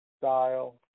style